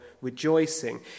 rejoicing